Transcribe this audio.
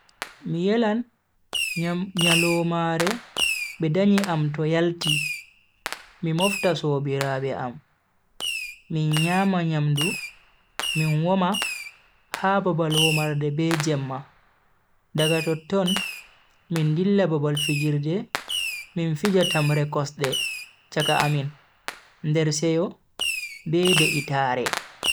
Mi yelan nyalomaare be danyi am to yalti, mi mofta sobiraabe am min nyama nyamdu min woma ha babal womarde be Jemma. daga totton min dilla babal fijirde min fija tamre kosde chaka amin nder seyo be de'itaare.